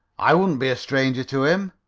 i wouldn't be a stranger to him.